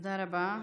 תודה רבה,